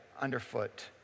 underfoot